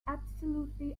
absolutely